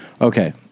Okay